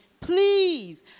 please